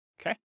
Okay